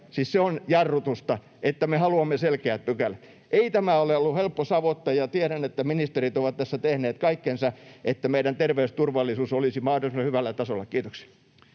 siis se on jarrutusta, että me haluamme selkeät pykälät. Ei tämä ole ollut helppo savotta, ja tiedän, että ministerit ovat tässä tehneet kaikkensa, että meidän terveysturvallisuutemme olisi mahdollisimman hyvällä tasolla. — Kiitoksia.